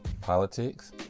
politics